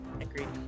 Agreed